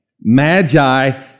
Magi